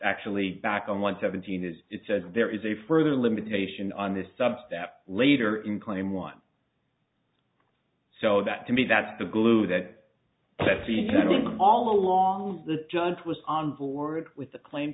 actually back on line seventeen is it said there is a further limitation on this subject that later in claim one so that to me that's the glue that kept all along the judge was on board with the claim